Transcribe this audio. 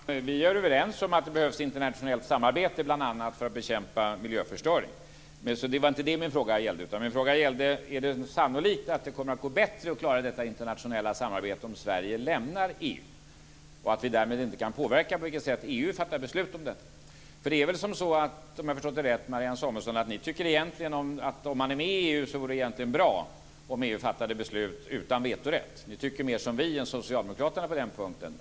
Fru talman! Vi är överens om att det behövs internationellt samarbete bl.a. för att bekämpa miljöförstöring. Men det var inte det min fråga gällde, utan min fråga gällde om det är sannolikt att det kommer att gå bättre att klara detta internationella samarbete om Sverige lämnar EU och att vi därmed inte kan påverka på vilket sätt EU fattar beslut om detta. Det är väl så, om jag förstod Marianne Samuelsson rätt, att ni egentligen tycker att om man är med i EU vore det bra om EU fattade besluten utan vetorätt. Ni tycker mer som vi än som socialdemokraterna på den punkten.